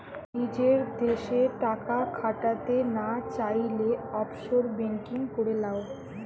নিজের দেশে টাকা খাটাতে না চাইলে, অফশোর বেঙ্কিং করে লাও